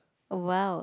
!wow!